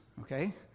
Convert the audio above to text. okay